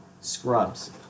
Scrubs